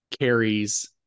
Carries